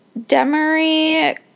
Demery